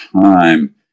time